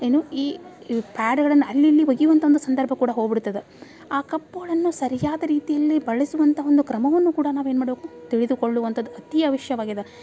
ಏನು ಈ ಈ ಪ್ಯಾಡುಗಳನ್ನ ಅಲ್ಲಿ ಇಲ್ಲಿ ಒಗಿವಂಥ ಒಂದು ಸಂದರ್ಭ ಕೂಡ ಹೋಗ್ಬೀಡ್ತದ ಆ ಕಪ್ಪುಗಳನ್ನು ಸರಿಯಾದ ರೀತಿಯಲ್ಲಿ ಬಳಸುವಂಥ ಒಂದು ಕ್ರಮವನ್ನು ಕೂಡ ನಾವು ಏನು ಮಾಡಬೇಕು ತಿಳಿದುಕೊಳ್ಳುವಂಥದ್ ಅತೀ ಅವಶ್ಯವಾಗಿದೆ